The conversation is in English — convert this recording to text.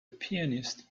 pianist